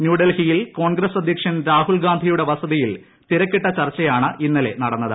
ന്യൂഡൽഹിയിൽ കോൺഗ്രസ് അദ്ധ്യക്ഷൻ രാഹുൽ ഗാന്ധിയുടെ വസതിയിൽ തിരക്കിട്ട ചർച്ചയാണ് ഇന്നലെ നടന്നത്